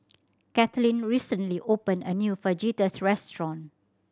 Kaitlin recently opened a new Fajitas restaurant